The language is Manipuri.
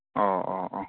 ꯑꯣ ꯑꯣ ꯑꯣ